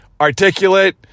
articulate